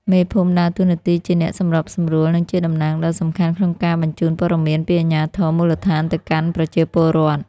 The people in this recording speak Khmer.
មេភូមិដើរតួនាទីជាអ្នកសម្របសម្រួល និងជាតំណាងដ៏សំខាន់ក្នុងការបញ្ជូនព័ត៌មានពីអាជ្ញាធរមូលដ្ឋានទៅកាន់ប្រជាពលរដ្ឋ។